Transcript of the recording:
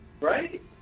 Right